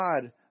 god